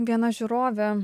viena žiūrovė